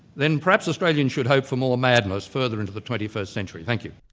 then perhaps australians should hope for more madness further into the twenty first century. thank you.